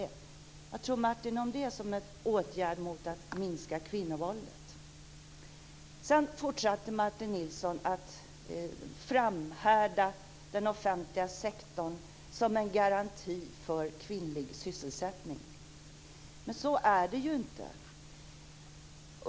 Vad tror Martin Nilsson om det som en åtgärd att minska kvinnovåldet? Sedan fortsatte Martin Nilsson att framhärda med den offentliga sektorn som en garanti för kvinnlig sysselsättning. Så är det inte.